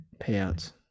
Payouts